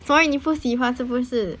所以你不喜欢是不是